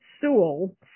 Sewell